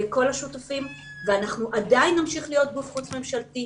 כל השותפים ואנחנו עדיין נמשיך להיות גוף חוץ-ממשלתי.